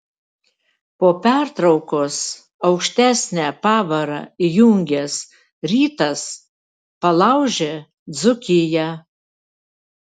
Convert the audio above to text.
po pertraukos aukštesnę pavarą įjungęs rytas palaužė dzūkiją